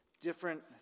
different